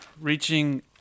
reaching